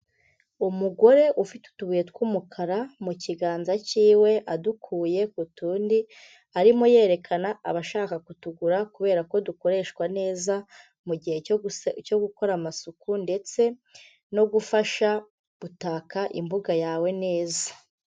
Umugore ufite utubuye tw'umukara mu kiganza cyiwe adukuye ku tundi. Arimo yerekana abashaka kutugura kubera ko dukoreshwa neza mu gihe cyo gukora amasuku ndetse no gufasha gutaka imbuga yawe neza.